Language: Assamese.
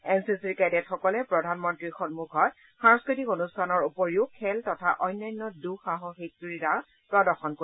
এন চি চিৰ কেডেটসকলে প্ৰধানমন্তীৰ সমূখত সাংস্কৃতিক অনুষ্ঠানৰ উপৰিও খেল তথা অন্যান্য দুঃসাহসিক ক্ৰীড়া প্ৰদৰ্শন কৰিব